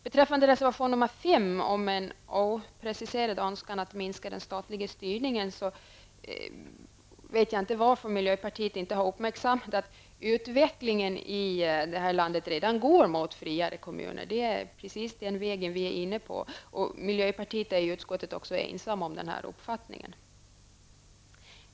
I reservation nr 5 framförs en opreciserad önskan att minska den statliga styrningen. Jag vet inte varför miljöpartiet inte har uppmärksammat att utvecklingen här i landet redan går mot friare kommuner. Det är precis den vägen vi är inne på. Miljöpartiet är också ensamt om sin uppfattning i utskottet.